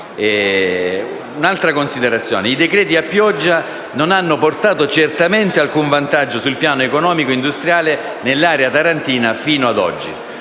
Un'altra considerazione: i decreti-legge a pioggia non hanno portato certamente alcun vantaggio sul piano economico-industriale nell'area tarantina fino ad oggi.